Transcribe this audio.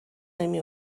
نمی